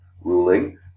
ruling